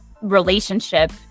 relationship